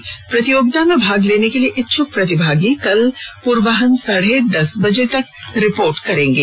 इस प्रतियोगिता में भाग लेने के लिए इच्छुक प्रतिभागी कल पूर्वाहन साढ़े दस बजे तक रिपोर्ट करेंगे